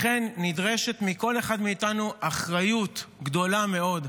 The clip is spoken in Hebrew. לכן נדרשת מכל אחת מאיתנו אחריות גדולה מאוד.